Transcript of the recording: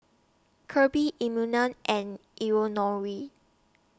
Kirby Immanuel and Eleonore